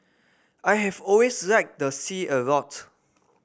I have always liked the sea a lot